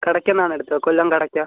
കടക്കയിൽനിന്നാണ് എടുത്തത് കൊല്ലം കടക്ക